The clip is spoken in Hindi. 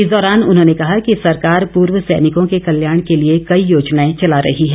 इस दौरान उन्होंने कहा कि सरकार पूर्व सैनिकों के कल्याण के लिए कई योजनाएं चला रही है